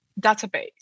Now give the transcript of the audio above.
database